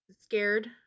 scared